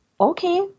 Okay